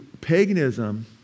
paganism